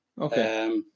Okay